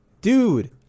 Dude